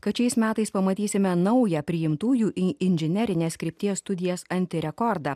kad šiais metais pamatysime naują priimtųjų į inžinerinės krypties studijas antirekordą